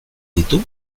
ditu